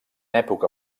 època